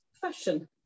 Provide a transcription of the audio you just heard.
fashion